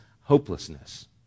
hopelessness